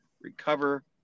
recover